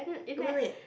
oh wait wait